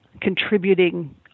contributing